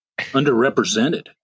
underrepresented